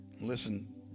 Listen